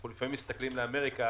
אנחנו לפעמים מסתכלים על אמריקה,